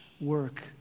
work